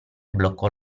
bloccò